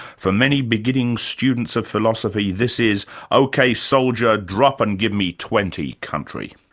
for many beginning students of philosophy, this is ok soldier, drop and give me twenty country.